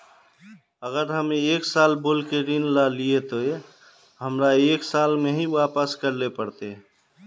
अगर हम एक साल बोल के ऋण लालिये ते हमरा एक साल में ही वापस करले पड़ते?